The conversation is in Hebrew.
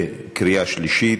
לקריאה שלישית,